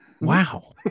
Wow